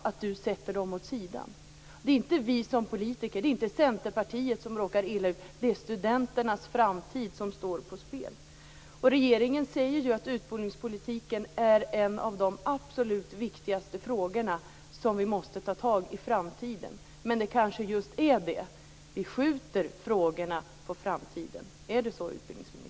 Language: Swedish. Han sätter dem åt sidan. Men det är inte vi som politiker, inte Centerpartiet som råkar illa ut. Det är studenternas framtid som står på spel. Regeringen säger ju att utbildningspolitiken är en av de absolut viktigaste frågorna som vi måste ta tag i i framtiden. Men det kanske är just så att vi skjuter frågorna på framtiden. Är det så, utbildningsministern?